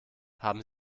haben